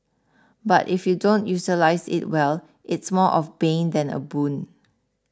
but if you don't utilise it well it's more of bane than a boon